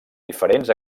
diferents